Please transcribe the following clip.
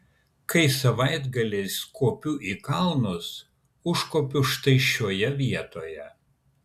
kai savaitgaliais kopiu į kalnus užkopiu štai šioje vietoje